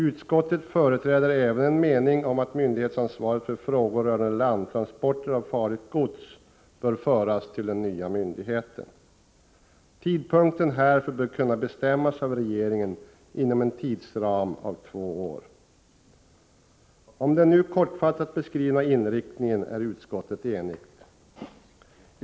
Utskottet företräder även en mening om att myndighetsansvaret för frågor rörande landtransporter av farligt gods bör föras till den nya myndigheten. Tidpunkten härför bör kunna bestämmas av regeringen inom en tidsram av två år. Om den nu kortfattat beskrivna inriktningen är utskottet enigt.